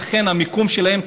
ולכן המיקום שלהם,